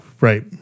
Right